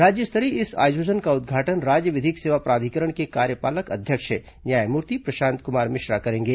राज्य स्तरीय इस आयोजन का उद्घाटन राज्य विधिक सेवा प्राधिकरण के कार्यपालक अध्यक्ष न्यायमूर्ति प्रशांत कुमार मिश्रा करेंगे